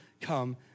come